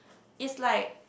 is like